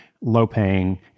low-paying